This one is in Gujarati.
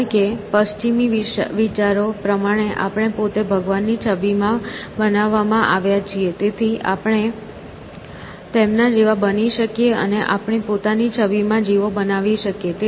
કારણ કે પશ્ચિમી વિચારો પ્રમાણે આપણે પોતે ભગવાનની છબીમાં બનાવવામાં આવ્યા છીએ અને તેથી આપણે તેમના જેવા બની શકીએ અને આપણી પોતાની છબીમાં જીવો બનાવી શકીએ